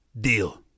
deal